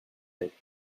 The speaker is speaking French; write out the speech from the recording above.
être